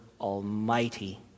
almighty